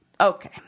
okay